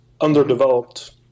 underdeveloped